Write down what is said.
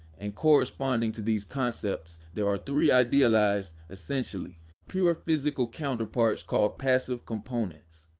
and corresponding to these concepts, there are three idealized, essentially pure physical counterparts called passive components.